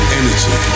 energy